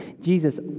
Jesus